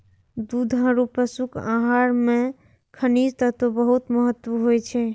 दुधारू पशुक आहार मे खनिज तत्वक बहुत महत्व होइ छै